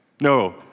No